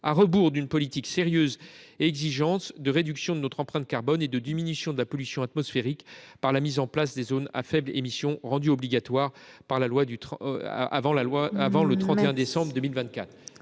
à rebours d’une politique sérieuse et exigeante de réduction de notre empreinte carbone et de diminution de la pollution atmosphérique, par la mise en place de zones à faibles émissions (ZFE), rendues obligatoires avant le 31 décembre 2024.